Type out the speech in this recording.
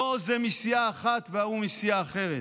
לא זה מסיעה אחת וההוא מסיעה אחרת,